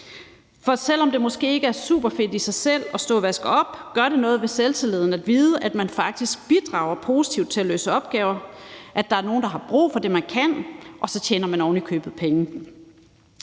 For selv om det måske ikke i sig selv er superfedt at stå og vaske op, gør det noget for selvtilliden at vide, at man faktisk bidrager positivt til at løse opgaver, at der er nogen, der har brug for det, man kan, og at man ovenikøbet tjener